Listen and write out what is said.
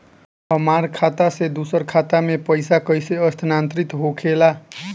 हमार खाता में दूसर खाता से पइसा कइसे स्थानांतरित होखे ला?